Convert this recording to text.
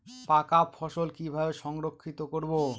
পাকা ফসল কিভাবে সংরক্ষিত করব?